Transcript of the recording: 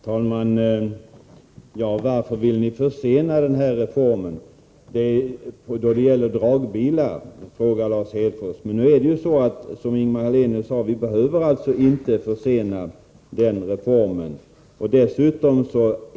Herr talman! Lars Hedfors frågar: Varför vill ni försena reformen då det gäller dragbilar? Men det är ju som Ingemar Hallenius sade så, att det inte behöver bli någon försening av reformen.